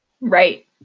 Right